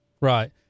Right